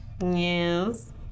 Yes